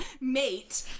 Mate